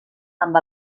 amb